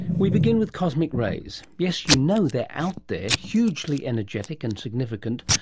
we begin with cosmic rays. yes, you know they're out there, hugely energetic and significant,